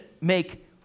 make